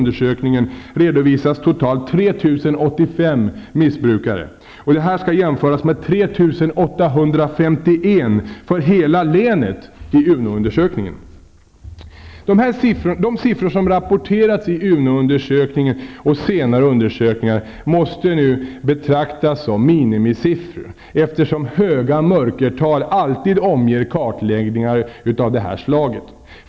Detta skall jämföras med 3 851 för hela länet i UNO-undersökningen. De siffror som rapporterats i UNO undersökningen och senare undersökningar måste betraktas som minimisiffror, eftersom höga mörkertal alltid omger kartläggningar av detta slag.